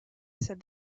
said